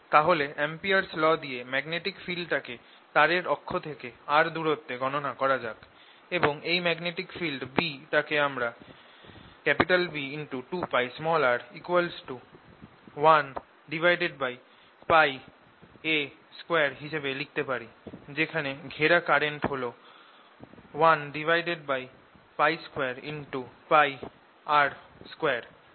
তাহলে Ampere's law দিয়ে magnetic ফিল্ডটাকে তারের অক্ষ থেকে r দুরত্তে গণনা করা যাক এবং ম্যাগনেটিক ফিল্ড B টাকে আমরা B2πr µ0Ia2 হিসেবে লিখতে পারি যেখানে ঘেরা কারেন্ট হল l Π2 Πr2